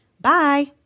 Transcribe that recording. Bye